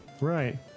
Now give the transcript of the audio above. Right